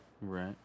Right